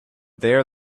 there